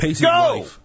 Go